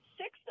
six